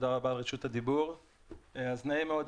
נעים מאוד,